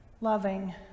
loving